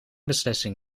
beslissing